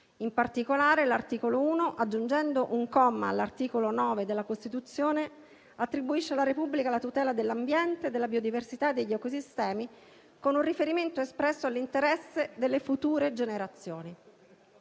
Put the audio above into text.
In particolare, l'articolo 1, aggiungendo un comma all'articolo 9 della Costituzione, attribuisce alla Repubblica la tutela dell'ambiente, della biodiversità e degli ecosistemi, con un riferimento espresso all'interesse delle future generazioni.